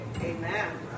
Amen